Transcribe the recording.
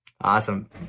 Awesome